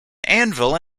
anvil